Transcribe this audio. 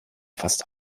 fast